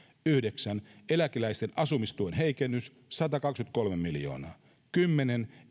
yhdeksän eläkeläisten asumistuen heikennys satakaksikymmentäkolme miljoonaa kymmenen